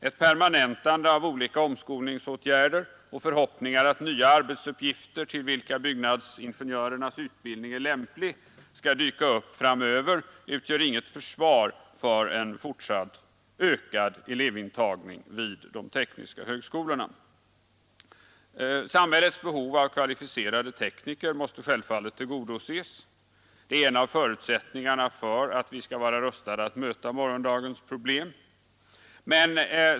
Ett permanentande av olika omskolningsåtgärder och förhoppningar att nya arbetsuppgifter, till vilka byggnadsingenjörernas utbildning är lämplig, skall dyka upp framöver, utgör inget försvar för fortsatt ökad elevintagning vid de tekniska högskolorna. Samhällets behov av kvalificerade tekniker måste självfallet tillgodoses. Detta är en av förutsättningarna för att vi skall vara rustade att möta morgondagens problem.